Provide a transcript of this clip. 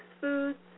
Foods